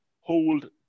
hold